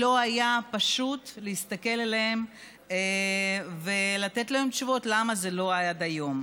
ולא היה פשוט להסתכל עליהם ולתת להם תשובות למה זה לא היה עד היום.